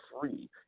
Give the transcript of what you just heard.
free